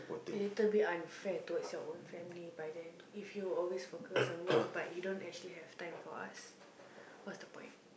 a little bit unfair towards your own family by then if you always focus on work but you don't actually have time for us what's the point